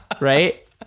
Right